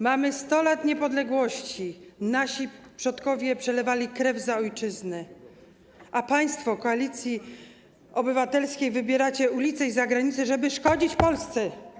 Mamy 100 lat niepodległości, nasi przodkowie przelewali krew za ojczyznę, a państwo z Koalicji Obywatelskiej wybieracie ulicę i zagranicę, żeby szkodzić Polsce.